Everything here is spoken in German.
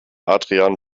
adrian